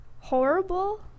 horrible